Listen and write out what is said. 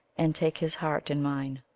and take his heart in mine.